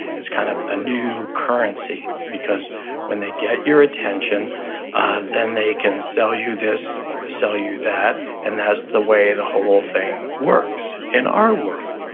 it's kind of the new currency. because when they get your attention then they can sell you this, or sell you that, and that's the way the whole thing works in our world.